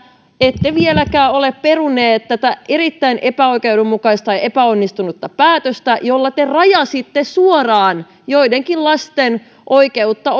ette vieläkään ole peruneet tätä erittäin epäoikeudenmukaista ja epäonnistunutta päätöstä jolla te rajasitte suoraan joidenkin lasten oikeutta